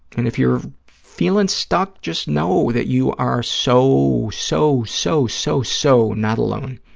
and if you're feeling stuck, just know that you are so, so, so, so, so not alone.